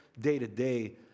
day-to-day